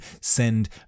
send